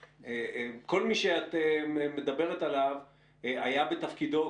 כל מי שאת מדברת עליו היה בתפקידו,